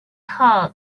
heart